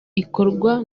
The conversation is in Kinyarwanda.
ikorwa